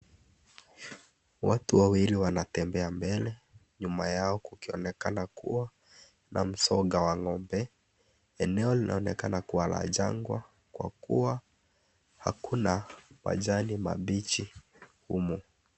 Watu wawili wanatembea mbele, nyuma yao kukionekana kuwa na msongo wa ng'ombe. Eneo linaonekana kuwa la jagwa, kwa kuwa, hakuna majani mabichi humu.